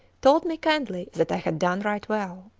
told me kindly that i had done right well.